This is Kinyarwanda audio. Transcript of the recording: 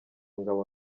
ngabo